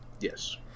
Yes